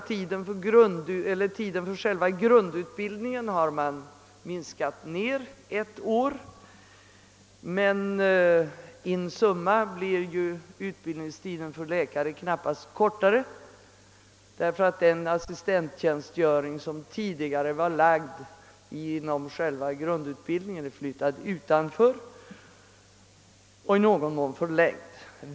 Tiden för själva grundutbildningen har skurits ned med ett år, men in summa blir utbildningstiden för läkare knap past kortare, eftersom den assistenttjänstgöring som tidigare var förlagd inom grundutbildningen blir flyttad utanför och i någon mån förlängd.